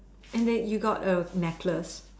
and it you got a necklace